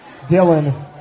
Dylan